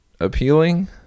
appealing